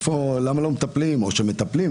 למה לא מטפלים או שמטפלים?